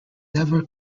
never